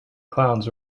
clowns